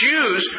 Jews